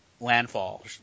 Landfall